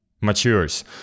matures